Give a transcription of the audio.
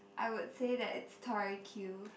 I would say that it's Tori Q